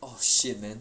orh shit man